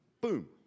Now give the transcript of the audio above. Boom